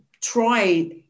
try